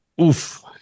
Oof